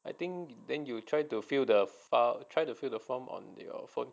I think then you try to fill the file try to fill the form on the phone